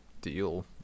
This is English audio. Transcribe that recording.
deal